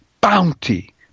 bounty